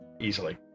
Easily